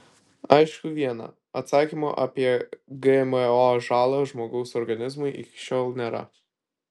aišku viena atsakymo apie gmo žalą žmogaus organizmui iki šiol nėra